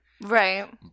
Right